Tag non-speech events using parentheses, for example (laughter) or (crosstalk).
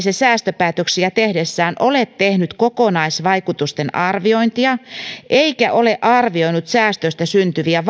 (unintelligible) se säästöpäätöksiä tehdessään ole tehnyt kokonaisvaikutusten arviointia eikä ole arvioinut säästöistä syntyviä (unintelligible)